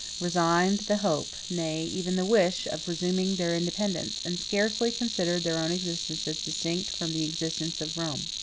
resigned the hope, nay, even the wish, of resuming their independence, and scarcely considered their own existence as distinct from the existence of rome.